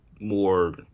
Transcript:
more